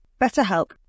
BetterHelp